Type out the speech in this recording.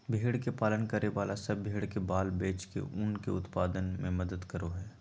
भेड़ के पालन करे वाला सब भेड़ के बाल बेच के ऊन के उत्पादन में मदद करो हई